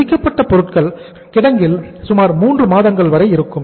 முடிக்கப்பட்ட பொருட்கள் கிடங்கில் சுமார் 3 மாதங்கள் வரை இருக்கும்